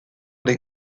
les